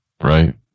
Right